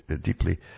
deeply